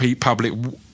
public